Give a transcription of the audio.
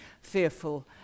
fearful